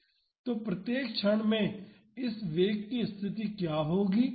तो प्रत्येक क्षण में इस वेग की स्थिति क्या होगी